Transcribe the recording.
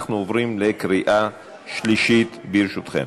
אנחנו עוברים לקריאה שלישית, ברשותכם.